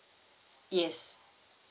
yes